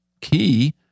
Key